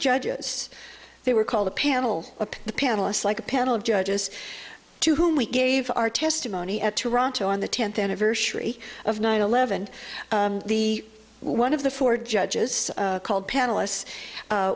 judges they were called a panel of the panelists like a panel of judges to whom we gave our testimony at toronto on the tenth anniversary of nine eleven the one of the four judges called panelists